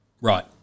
Right